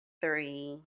three